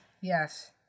yes